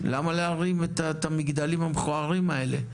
למה להרים את המגדלים המכוערים האלה,